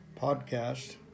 podcast